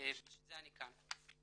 בשביל זה אני כאן.